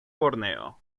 borneo